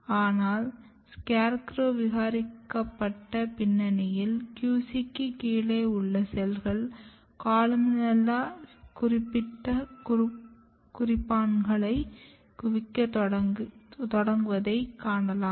ஆனால் ஸ்கேர்குரோ விகாரிக்கப்பட்ட பின்னணியில் QC க்குக் கீழே உள்ள செல்கள் கொலுமெல்லா குறிப்பிட்ட குறிப்பான்களைக் குவிக்கத் தொடங்குவதை நீங்கள் காணலாம்